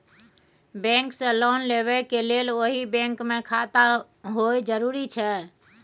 Bank से loan लेबै के लेल वही बैंक मे खाता होय जरुरी छै?